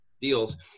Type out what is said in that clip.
deals